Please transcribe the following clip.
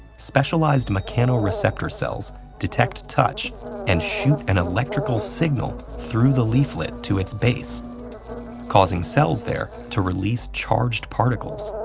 specialized mechanoreceptor cells detect touch and shoot an electrical signal through the leaflet to its base causing cells there to release charged particles.